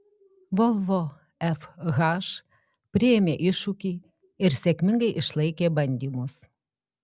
volvo fh priėmė iššūkį ir sėkmingai išlaikė bandymus